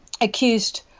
accused